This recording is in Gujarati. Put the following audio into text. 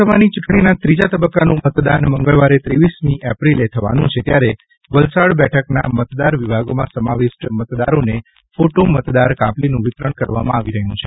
લોકસભાની ચૂંટણીના ત્રીજા તબક્કાનું મતદાન મંગળવારે ત્રેવીસમી એપ્રિલે થવાનું છે ત્યારે વલસાડ બેઠકના મતદાર વિભાગોમાં સમાવિષ્ટ મતદારોને ફોટો મતદાર કાપલીનું વિતરણ કરવામાં આવી રહ્યું છે